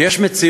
כי יש מציאות,